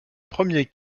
premier